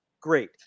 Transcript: great